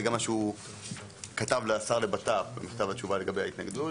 זה גם מה שהוא כתב לשר לבט"פ במכתב התשובה לגבי ההתנגדות.